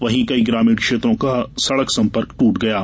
वही कई ग्रामीण क्षेत्रों का सड़क संपर्क ट्रूट गया है